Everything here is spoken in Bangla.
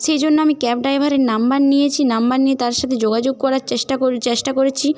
সেই জন্য আমি ক্যাব ড্রাইভারের নম্বর নিয়েছি নম্বর নিয়ে তার সাথে যোগাযোগ করার চেষ্টা চেষ্টা করেছি